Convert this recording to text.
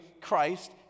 Christ